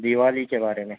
دیوالی کے بارے میں